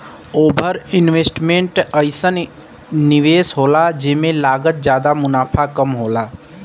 over investment अइसन निवेस होला जेमे लागत जादा मुनाफ़ा कम होला